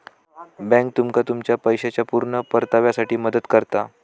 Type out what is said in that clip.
bank तुमका तुमच्या पैशाच्या पुर्ण परताव्यासाठी मदत करता